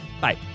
Bye